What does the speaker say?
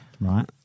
Right